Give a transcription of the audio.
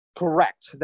correct